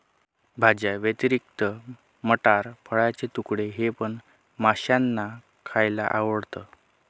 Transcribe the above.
भाज्यांव्यतिरिक्त मटार, फळाचे तुकडे हे पण माशांना खायला आवडतं